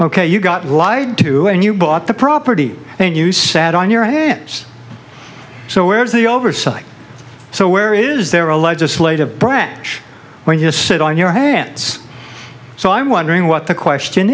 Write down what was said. ok you got lied to and you bought the property and you sat on your hands so where's the oversight so where is there a legislative branch when you sit on your hands so i'm wondering what the question